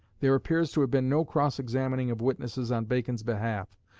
there appears to have been no cross-examining of witnesses on bacon's behalf,